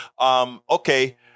Okay